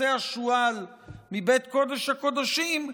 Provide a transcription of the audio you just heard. יוצא השועל מבית קודש הקודשים,